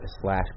slash